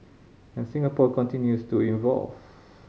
and Singapore continues to evolve